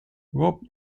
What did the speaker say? rob